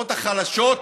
ובשכבות החלשות,